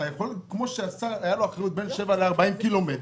כמו שלשר הייתה אחריות בין 7 40 קילומטר,